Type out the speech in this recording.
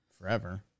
forever